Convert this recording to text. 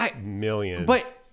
millions